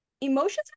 emotions